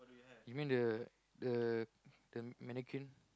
you mean the the the mannequin